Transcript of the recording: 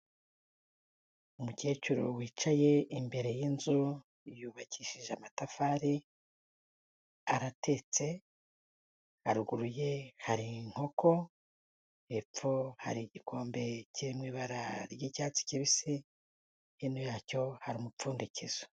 Umukecuru wicaye imbere y'inzu yubakishije amatafari, aratetse, haruguru ye hari inkoko, hepfo hari igikombe kiri mu ibara ry'icyatsi kibisi hino yacyo hari umupfundikizo.